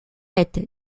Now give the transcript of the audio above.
est